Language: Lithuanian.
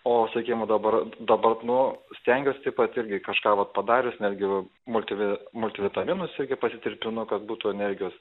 o sakykim dabar dabar nu stengiuos taip pat irgi kažką vat padarius netgi multivi multivitaminus irgi pasitirpinu kad būtų energijos